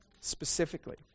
specifically